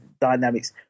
dynamics